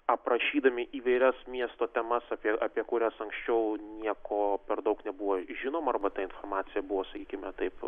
aprašydami įvairias miesto temas apie apie kurias anksčiau nieko per daug nebuvo žinoma arba ta informacija buvo sakykime taip